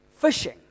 fishing